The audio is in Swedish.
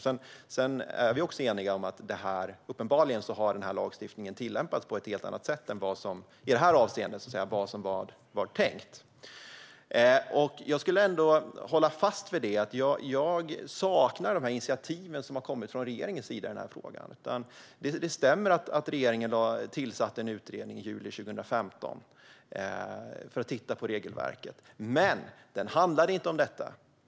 Vi är också eniga om att lagstiftningen i detta avseende uppenbarligen har tillämpats på ett helt annat sätt än vad som var tänkt. Jag håller ändå fast vid att jag saknar initiativ från regeringens sida i denna fråga. Det stämmer att regeringen tillsatte en utredning i juli 2015 för att titta på regelverket, men den handlade inte om detta.